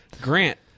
Grant